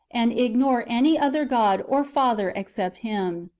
and ignore any other god or father except him.